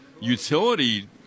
utility